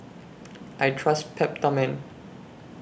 I Trust Peptamen